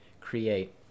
create